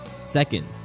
Second